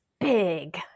big